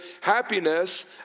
happiness